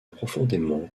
profondément